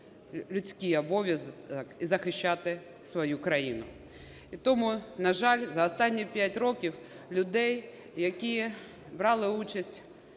людський обов'язок і захищати свою країну. І тому, на жаль, за останні 5 років людей, які брали участь,